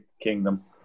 kingdom